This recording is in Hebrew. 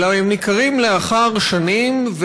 אלא הם ניכרים לאחר שנים,